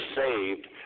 saved